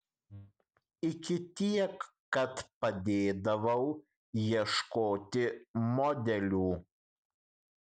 iki tiek kad padėdavau ieškoti modelių